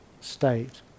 state